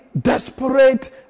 desperate